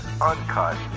uncut